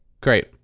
great